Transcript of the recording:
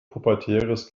pubertäres